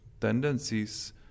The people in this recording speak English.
tendencies